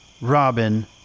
Robin